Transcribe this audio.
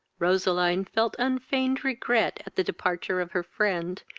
roseline felt unfeigned regret at the departure of her friend,